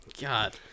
god